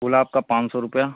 गुलाब का पाँच सौ रुपये